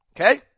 Okay